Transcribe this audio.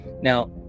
now